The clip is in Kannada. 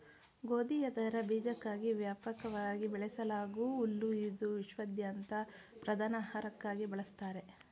ಗೋಧಿ ಅದರ ಬೀಜಕ್ಕಾಗಿ ವ್ಯಾಪಕವಾಗಿ ಬೆಳೆಸಲಾಗೂ ಹುಲ್ಲು ಇದು ವಿಶ್ವಾದ್ಯಂತ ಪ್ರಧಾನ ಆಹಾರಕ್ಕಾಗಿ ಬಳಸ್ತಾರೆ